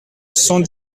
cent